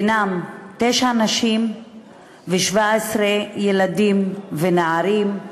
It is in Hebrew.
וביניהם תשע נשים ו-17 ילדים ונערים,